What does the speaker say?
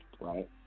right